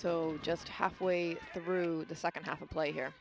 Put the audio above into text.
so just half way through the second half of play